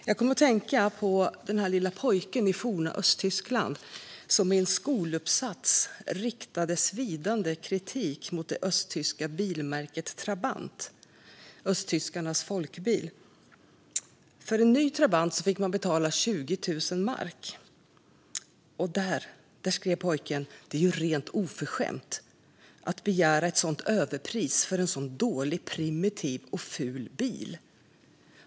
Jag kom att tänka på den lilla pojken i forna Östtyskland som i en skoluppsats riktade svidande kritik mot det östtyska bilmärket Trabant - östtyskarnas folkbil. För en ny Trabant fick man betala 20 000 mark. Pojken skrev: Det är rent oförskämt att begära ett sådant överpris för en så dålig, primitiv och ful bil.